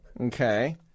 okay